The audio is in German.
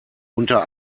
unter